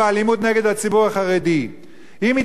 אם עיתונאי יכול לכתוב באלימות נגד מתנחלים,